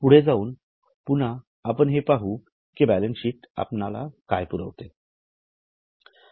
पुठे जाऊन पुन्हा आपण हे पाहू कि बॅलन्स शीट आपल्याला काय पुरवते